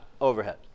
overhead